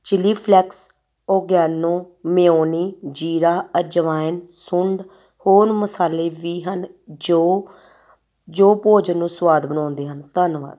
chilli flakes oregano ਮਿਓਨੀ ਜੀਰਾ ਅਜਵਾਇਨ ਸੁੰਢ ਹੋਰ ਮਸਾਲੇ ਵੀ ਹਨ ਜੋ ਜੋ ਭੋਜਨ ਨੂੰ ਸੁਆਦ ਬਣਾਉਂਦੇ ਹਨ ਧੰਨਵਾਦ